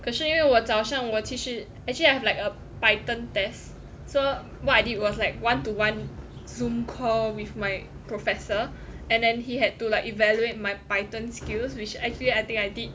可是因为我早上我其实 actually I have like a Python test so what I did was like one to one Zoom call with my professor and then he had to like evaluate my python skills which actually I think I did